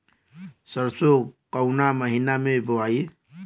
सरसो काउना महीना मे बोआई?